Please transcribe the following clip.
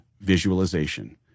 visualization